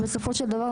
ובסופו של דבר,